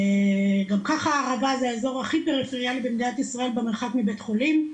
גם ככה הערבה זה האזור הכי פריפריאלי במדינת ישראל במרחק מבית חולים,